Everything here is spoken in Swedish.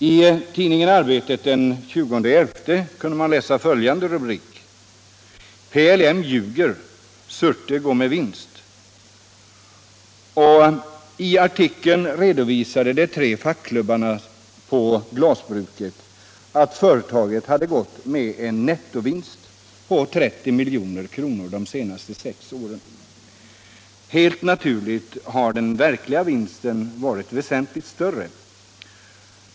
I tidningen Arbetet av den 20 november kunde man läsa följande rubrik: ”PLM ljuger — Surte går med vinst.” I artikeln redovisade de tre fackklubbarna på glasbruket att företaget gått med en nettovinst på 30 milj.kr. de senaste sex åren. Helt naturligt har den verkliga vinsten varit väsentligt större.